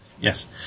Yes